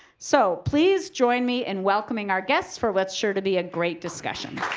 so please join me in welcoming our guest for what's sure to be a great discussion.